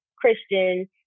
Christian